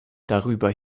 darüber